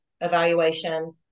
evaluation